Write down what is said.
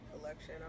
election